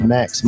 Max